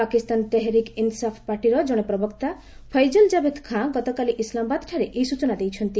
ପାକିସ୍ତାନ ତେହେରିକ୍ ଇନ୍ସାଫ୍ ପାର୍ଟିର ଜଣେ ପ୍ରବକ୍ତା ପୈଜଲ ଜାଭେଦ୍ ଖାଁ ଗତକାଲି ଇସ୍ଲାମାବାଦଠାରେ ଏହି ସୂଚନା ଦେଇଛନ୍ତି